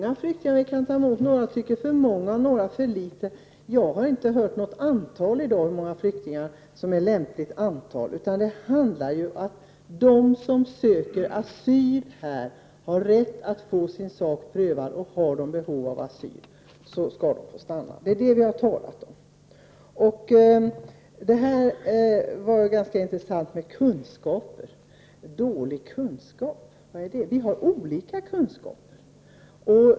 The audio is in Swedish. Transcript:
Herr talman! Några tycker att vi tar emot för många flyktingar, några tycker att vi tar emot för få. Jag har inte hört talas om något lämpligt antal flyktingar. Det handlar om att de som söker asyl har rätt att få sin sak prövad. Är de i behov av asyl skall de få stanna. Det har vi talat om. Det där med kunskaper var ganska intressant. Dåliga kunskaper — vad är det? Vi har olika kunskaper.